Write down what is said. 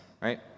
right